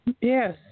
Yes